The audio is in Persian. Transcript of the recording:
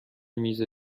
میز